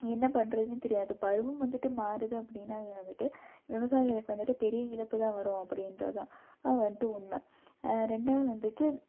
என்ன பண்றதுன்னு தெரியாது பருவம் வந்துட்டு மாறுது அப்படினா வந்துட்டு விவசாயிகளுக்கு வந்துட்டு பெரிய இழப்புதான் வரும் அப்படின்றதுதான் வந்துட்டு உண்மை ரெண்டாவது வந்துட்டு